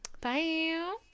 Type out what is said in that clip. Bye